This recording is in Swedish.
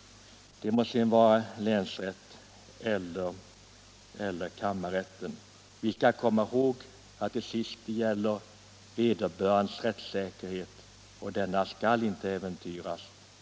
— det må vara länsrätt eller kammarrätt. Vi skall komma ihåg att det till sist gäller vederbörandes rättssäkerhet, och denna skall inte äventyras.